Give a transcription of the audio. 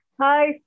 hi